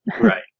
Right